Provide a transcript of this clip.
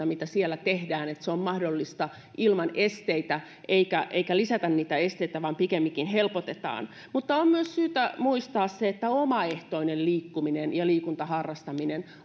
mitä siellä tehdään on mahdollista ilman esteitä eikä lisätä niitä esteitä vaan pikemminkin helpotetaan mutta on myös syytä muistaa se että omaehtoinen liikkuminen ja liikunnan harrastaminen